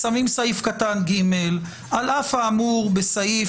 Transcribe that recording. עד עכשיו בסדר.